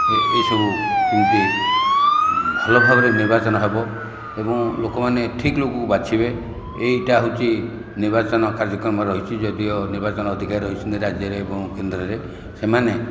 ଏ ଏହିସବୁ ଏମିତି ଭଲ ଭାବରେ ନିର୍ବାଚନ ହେବ ଏବଂ ଲୋକମାନେ ଠିକ ଲୋକକୁ ବାଛିବେ ଏହିଟା ହେଉଛି ନିର୍ବାଚନ କାର୍ଯ୍ୟକ୍ରମ ରହିଛି ଯଦିଓ ନିର୍ବାଚନ ଅଧିକାରୀ ରହିଛନ୍ତି ରାଜ୍ୟରେ ଏବଂ କେନ୍ଦ୍ରରେ ସେମାନେ